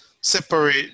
separate